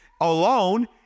Alone